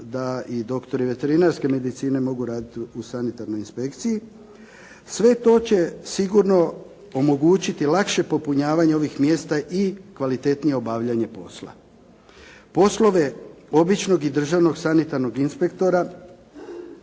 da i doktori veterinarske medicine mogu raditi u sanitarnoj inspekciji. Sve to će sigurno omogućiti lakše popunjavanje ovih mjesta i kvalitetnije obavljanje posla. Poslove običnog i državnog sanitarnog inspektora